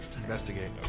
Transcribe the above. Investigate